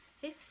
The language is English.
fifth